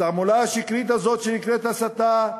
התעמולה השקרית הזאת, שנקראת "הסתה",